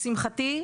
לשמחתי,